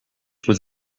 with